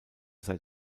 seit